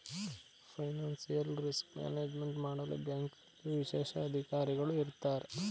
financial risk management ಮಾಡಲು ಬ್ಯಾಂಕ್ನಲ್ಲಿ ವಿಶೇಷ ಅಧಿಕಾರಿಗಳು ಇರತ್ತಾರೆ